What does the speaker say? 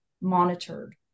monitored